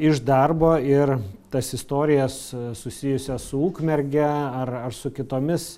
iš darbo ir tas istorijas susijusias su ukmerge ar ar su kitomis